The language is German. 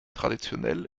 traditionell